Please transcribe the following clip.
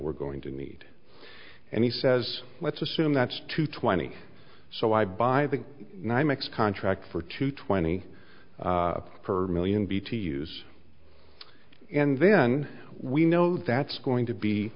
we're going to need and he says let's assume that's two twenty so i buy the nymex contract for two twenty per million b to use and then we know that's going to be